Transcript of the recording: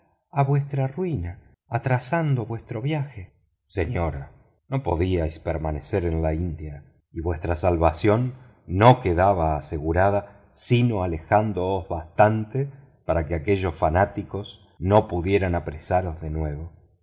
a vuestra ruina atrasando vuestro viaje señora no podíais permanecer en la india y vuestra salvación no quedaba asegurada sino alejándoos bastante para que aquellos fanáticos no pudieran apresaros de nuevo